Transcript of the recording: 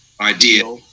Idea